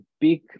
big